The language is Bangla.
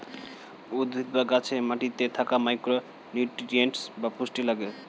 উদ্ভিদ বা গাছে মাটিতে থাকা মাইক্রো নিউট্রিয়েন্টস বা পুষ্টি লাগে